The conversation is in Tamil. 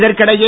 இதற்கிடையே